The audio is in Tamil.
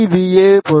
ஏ பொருந்தும்